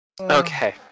Okay